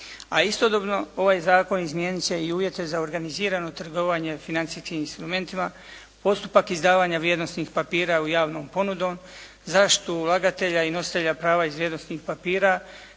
istodobno ovaj zakon izmijeniti će i uvjete za organizirano trgovanje financijskim instrumentima, postupak izdavanja vrijednosnih papira javnom ponudom, zaštitu ulagatelja i nositelja prava iz vrijednosnih papira,